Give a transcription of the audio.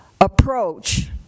approach